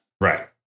Right